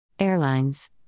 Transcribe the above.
Airlines